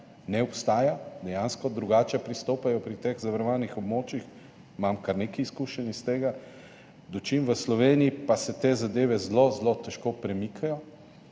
ne obstaja, dejansko drugače pristopajo pri teh zavarovanih območjih, imam kar nekaj izkušenj glede tega, medtem ko pa se v Sloveniji te zadeve zelo, zelo težko premikajo.